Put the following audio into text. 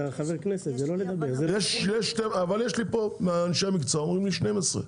אבל מאנשי המקצוע אומרים לי 12,